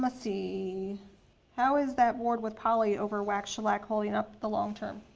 um see how is that wood with poly over wax shellac holding up the long term?